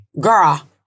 girl